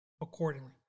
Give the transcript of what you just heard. accordingly